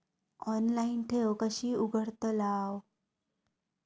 Online ठेव कशी उघडतलाव?